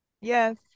Yes